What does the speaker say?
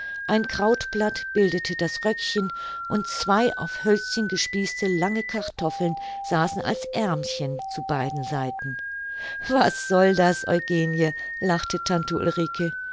ein krautblatt bildete das röckchen und zwei auf hölzchen gespießte lange kartoffeln saßen als aermchen zu beiden seiten was soll das eugenie lachte tante ulrike